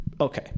Okay